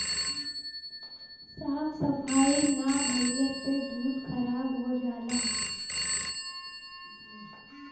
साफ सफाई ना भइले पे दूध खराब हो जाला